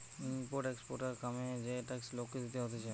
import exporter কামে যে tax লোককে দিতে হতিছে